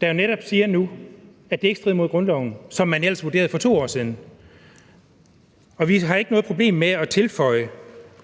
der jo netop siger nu, at det ikke strider mod grundloven, som man ellers vurderede for 2 år siden. Vi har ikke noget problem med at tilføje